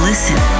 Listen